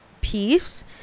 piece